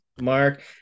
mark